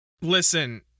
Listen